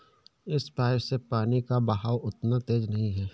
इस पाइप से पानी का बहाव उतना तेज नही है